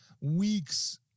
Weeks